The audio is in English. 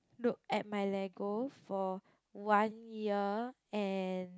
look at my Lego for one year and